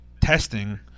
testing